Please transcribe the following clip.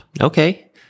Okay